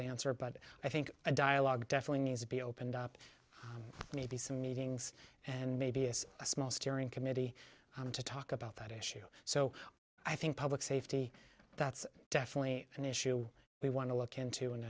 the answer but i think a dialogue definitely needs to be opened up maybe some meetings and maybe as a small steering committee how to talk about that issue so i think public safety that's definitely an issue we want to look into an